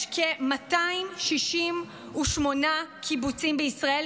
יש כ-268 קיבוצים בישראל,